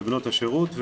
לבנות השירות.